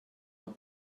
her